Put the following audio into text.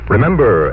Remember